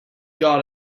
got